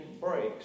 breaks